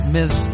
Miss